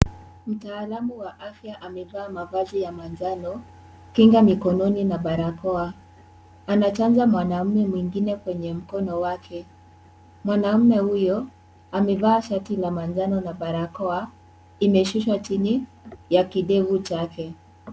Mtaalamu wa afya amevaa mavazi ya manjano. Kinga mikononi na barakoa. Anachanja mwanaume mwingine kwenye mkono wake. Mwanaume huyo amevaa shati ya manjano na barakoa imeshushwa chini ya kidevu chake.